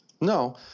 No